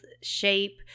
shape